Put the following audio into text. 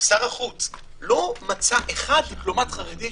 שר החוץ לא מצא דיפלומט חרדי אחד?